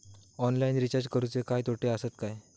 Online recharge करुचे काय तोटे आसत काय?